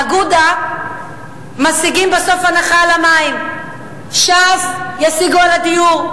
אגודה משיגים בסוף הנחה על המים, ש"ס ישיגו לדיור,